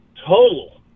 Total